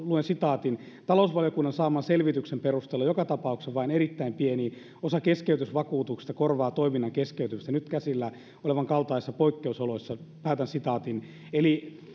luen sitaatin talousvaliokunnan saaman selvityksen perusteella joka tapauksessa vain erittäin pieni osa keskeytysvakuutuksista korvaa toiminnan keskeytymistä nyt käsillä olevan kaltaisissa poikkeusoloissa eli